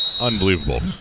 Unbelievable